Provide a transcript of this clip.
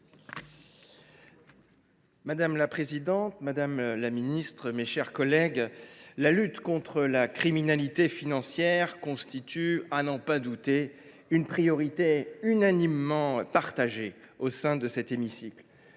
Madame la présidente, madame la ministre, mes chers collègues, la lutte contre la criminalité financière constitue, à n’en point douter, une priorité unanimement partagée au sein de cet hémicycle.